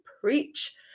preach